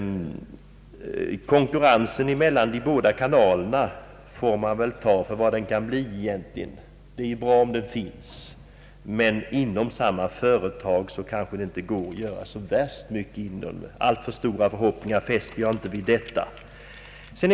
Konkurrensen mellan de båda kanalerna får man väl ta för vad den kan bli. Det är ju bra om den finns, men inom samma företag kanske man inte kan göra så särskilt mycket. Jag fäster inte några stora förhoppningar vid den.